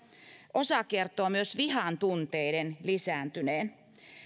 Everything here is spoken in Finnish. osa kertoo myös vihan tunteiden lisääntyneen